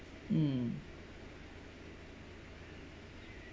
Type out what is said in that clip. mm